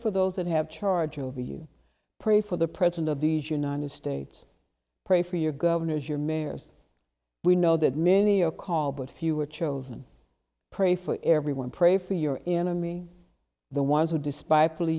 for those that have charge over you pray for the president of the united states pray for your governors your mayors we know that many a call but few are chosen pray for everyone pray for your enemy the ones who despite plea